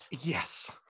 Yes